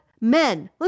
Men